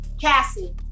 Cassie